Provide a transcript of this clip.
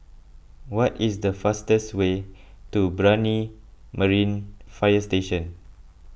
what is the fastest way to Brani Marine Fire Station